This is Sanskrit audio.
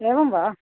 एवं वा